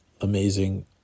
amazing